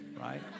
right